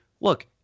look